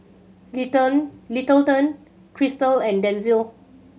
Littleton Crystal and Denzil